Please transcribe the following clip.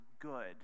good